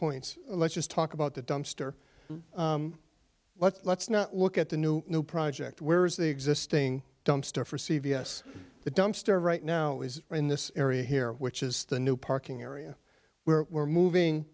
points let's just talk about the dumpster let's not look at the new new project where's the existing dumpster for c v s the dumpster right now is in this area here which is the new parking area where we're moving